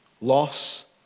Loss